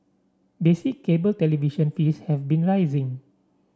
basic cable television fees have been rising